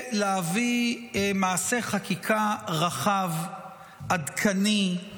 יהיה להביא מעשה חקיקה רחב, עדכני,